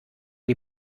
die